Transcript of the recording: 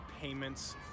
payments